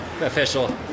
official